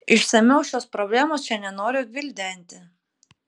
išsamiau šios problemos čia nenoriu gvildenti